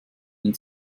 man